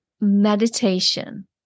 meditation